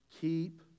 keep